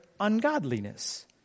ungodliness